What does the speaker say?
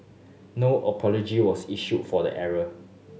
no apology was issued for the error